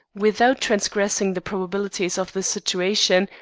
without transgressing the probabilities of the situation,